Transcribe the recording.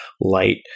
light